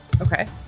Okay